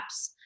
apps